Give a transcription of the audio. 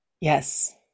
yes